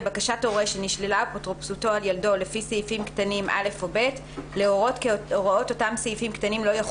לבקשת הורה שנשללה אפוטרופסותו על ילדו לפי סעיפים קטנים (א) או (ב),